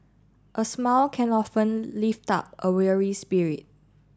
a smile can often lift up a weary spirit